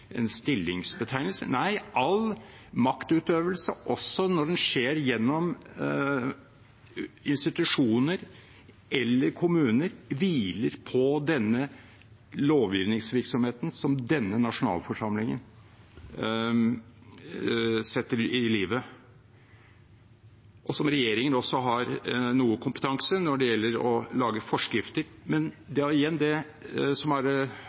stillingsbetegnelse. Nei, all maktutøvelse, også når den skjer gjennom institusjoner eller kommuner, hviler på den lovgivningsvirksomheten som denne nasjonalforsamlingen setter ut i livet, og som regjeringen også har noe kompetanse på når det gjelder å lage forskrifter. Men det er igjen det som er